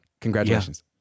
Congratulations